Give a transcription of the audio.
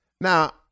Now